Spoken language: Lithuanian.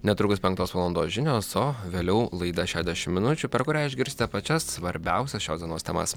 netrukus penktos valandos žinios o vėliau laida šešiasdešim minučių per kurią išgirsite pačias svarbiausias šios dienos temas